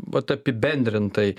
vat apibendrintai